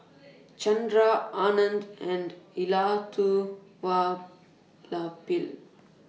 Chandra Anand and Elattuvalapil